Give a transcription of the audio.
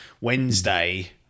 Wednesday